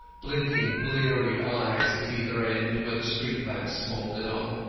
blinking bleary eyes at either end, where the street lamps smouldered on.